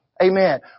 Amen